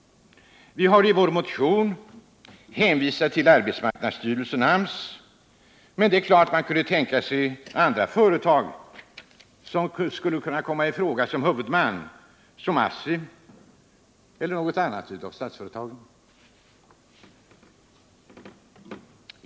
Vi har i vår motion hänvisat till arbetsmarknadsstyrelsen, AMS. Men här kunde även andra företag komma i fråga, t.ex. ASSI eller något annat av statsföretagen.